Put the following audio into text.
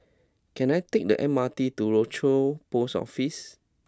can I take the M R T to Rochor Post Office